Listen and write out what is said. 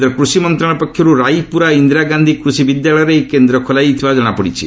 କେନ୍ଦ କୃଷି ମନ୍ତ୍ରଣାଳୟ ପକ୍ଷର୍ ରାଇପ୍ରର ଇନ୍ଦିରା ଗାନ୍ଧି କୃଷି ବିଶ୍ୱବିଦ୍ୟାଳୟରେ ଏହି କେନ୍ଦ୍ର ଖୋଲାଯାଇଥିବା ଜଣାପଡ଼ିଛି